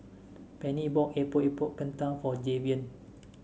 Penni bought Epok Epok Kentang for Javion